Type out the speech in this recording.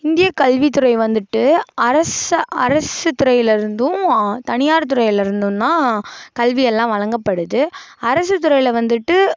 இந்திய கல்வித்துறை வந்துட்டு அரச அரசு துறையில் இருந்தும் தனியார் துறையில் இருந்தும் தான் கல்வியெல்லாம் வழங்கப்படுது அரசு துறையில் வந்துட்டு